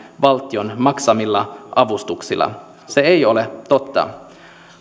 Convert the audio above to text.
valtion maksamilla avustuksilla se ei ole totta